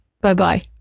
Bye-bye